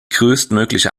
größtmögliche